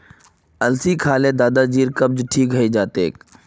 अलसी खा ल दादाजीर कब्ज ठीक हइ जा तेक